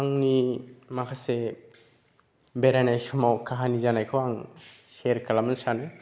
आंनि माखासे बेरायनाय समाव काहानि जानायखौ आं शेयार खालामनो सानो